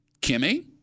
Kimmy